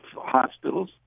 hospitals